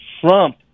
Trump